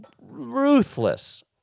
ruthless